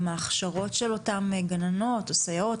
עם ההכשרות של אותן גננות או סייעות,